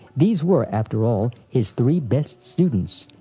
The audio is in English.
these were, after all, his three best students,